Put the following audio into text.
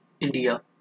India